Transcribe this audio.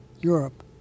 Europe